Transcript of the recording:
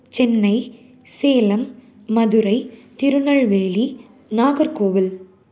Chennai Salem Madurai Tirunelveli Nagercoil